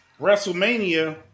WrestleMania